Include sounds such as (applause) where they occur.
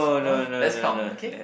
(noise) let's count okay